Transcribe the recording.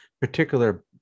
particular